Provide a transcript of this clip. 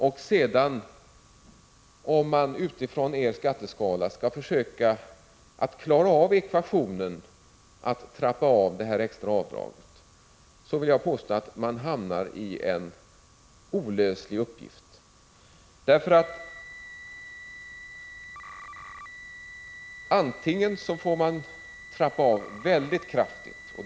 Om man sedan utifrån er skatteskala skall försöka klara av ekvationen att trappa av det extra avdraget, hamnar man i en olöslig uppgift, vill jag påstå. Antingen får man trappa av mycket kraftigt.